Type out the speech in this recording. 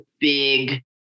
big